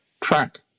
track